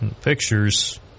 Pictures